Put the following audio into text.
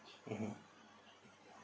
mmhmm